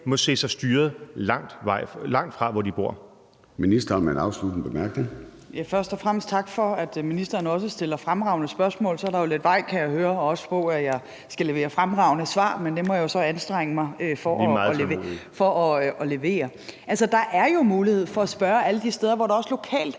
må se sig styret langt fra, hvor